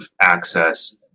access